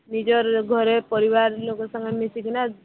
ନିଜର ଘରେ ପରିବାର ଲୋକ ସାଙ୍ଗେ ମିଶିକିନା